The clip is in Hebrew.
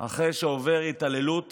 אחרי שעובר התעללות